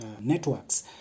networks